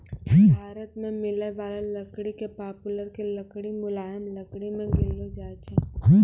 भारत मॅ मिलै वाला लकड़ी मॅ पॉपुलर के लकड़ी मुलायम लकड़ी मॅ गिनलो जाय छै